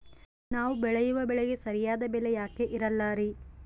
ನಾವು ಬೆಳೆಯುವ ಬೆಳೆಗೆ ಸರಿಯಾದ ಬೆಲೆ ಯಾಕೆ ಇರಲ್ಲಾರಿ?